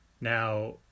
Now